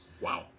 Wow